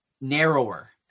narrower